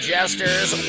Jesters